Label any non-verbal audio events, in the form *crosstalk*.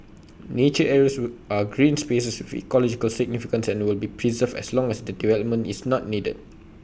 nature areas *unintelligible* are green spaces with ecological significance and will be preserved as long as development is not needed